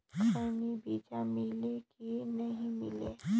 खैनी बिजा मिले कि नी मिले?